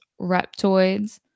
reptoids